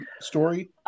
story